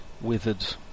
withered